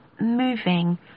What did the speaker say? moving